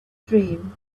dream